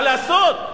מה לעשות,